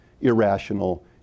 irrational